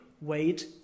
wait